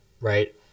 right